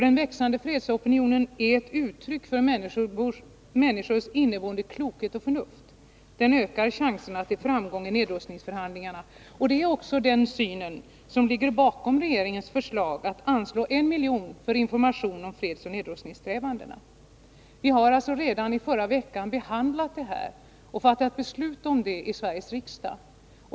Den växande fredsopinionen är ett uttryck för människors inneboende klokhet och förnuft, och den ökar chanserna till framgång i nedrustningsförhandlingarna. Det är också denna syn som ligger bakom regeringens förslag om att anslå 1 miljon för information om fredsoch nedrustningssträvandena. Redan i förra veckan behandlade vi detta förslag och fattade beslut här i Sveriges riksdag.